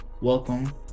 Welcome